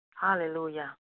Hallelujah